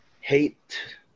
hate